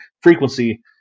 frequency